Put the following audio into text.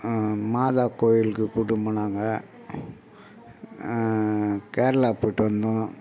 மாதா கோயிலுக்கு கூட்டின்னு போனாங்க கேரளா போய்விட்டு வந்தோம்